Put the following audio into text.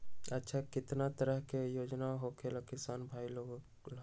अच्छा कितना तरह के योजना होखेला किसान भाई लोग ला?